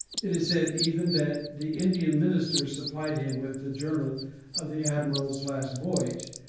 it is said even that the indian minister supplied him with the journal of the admiral's last voyage,